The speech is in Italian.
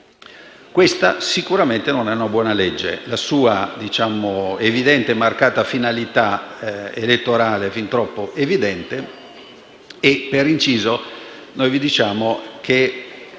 Questa sicuramente non è una buona legge. La sua finalità elettorale è fin troppo evidente e, per inciso, vi diciamo che